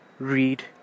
read